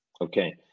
Okay